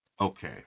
Okay